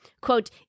quote